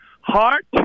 Heart